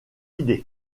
idée